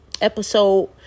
episode